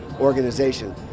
organization